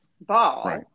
ball